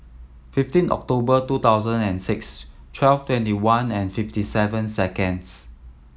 fifteen October two thousand and six twelve twenty one and fifty seven seconds